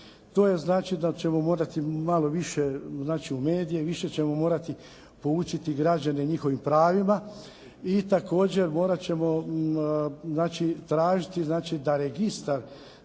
To je znači da ćemo morati malo više znači u medije i više ćemo morati poučiti građane njihovim pravima i također morat ćemo znači tražiti znači da registar